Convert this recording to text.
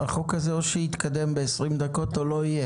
או שההחלטה הזאת תתקדם תוך 20 דקות או שהיא לא תתקבל.